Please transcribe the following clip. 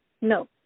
No